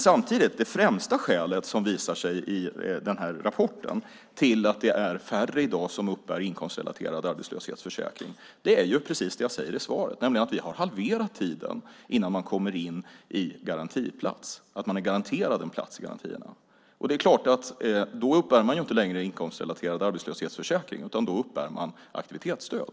Samtidigt visar det sig i rapporten att det främsta skälet till att det är färre i dag som uppbär inkomstrelaterad arbetslöshetsförsäkring är precis det jag sade i svaret, nämligen att vi har halverat tiden innan man får en garantiplats. Då uppbär man inte längre inkomstrelaterad arbetslöshetsersättning, utan då uppbär man aktivitetsstöd.